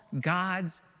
God's